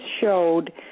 showed